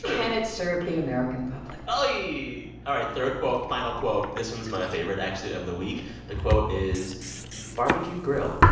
can it serve the american public? oy. all right, third quote final quote this one's my favorite, actually, of the week. the quote is barbecue grill.